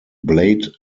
blade